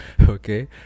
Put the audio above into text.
Okay